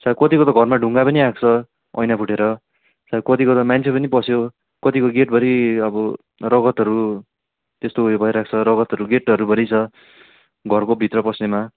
सायद कतिको त घरमा ढुङ्गा पनि आएको छ ऐना फुटेर सायद कतिको त मान्छे पनि पस्यो कतिको गेटभरी अब रगतहरू त्यस्तो उयो भइरहेक छ रगतहरू गेटहरू भरी छ घरको भित्र पस्नेमा